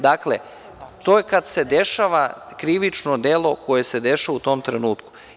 Dakle, to je kada se dešava krivično delo koje se dešava u tom trenutku.